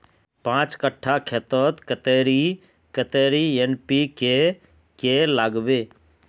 पाँच कट्ठा खेतोत कतेरी कतेरी एन.पी.के के लागबे?